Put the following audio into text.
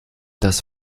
das